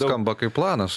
skamba kaip planas